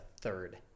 third